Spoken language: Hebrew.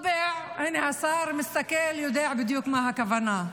--- הינה, השר מסתכל ויודע בדיוק למה הכוונה.